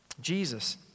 Jesus